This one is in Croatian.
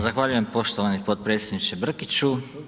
Zahvaljujem poštovani potpredsjedniče Brkiću.